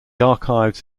archives